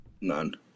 None